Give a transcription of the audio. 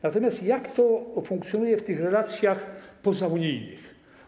Natomiast jak to funkcjonuje w tych relacjach pozaunijnych?